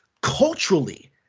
culturally